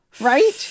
Right